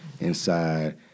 inside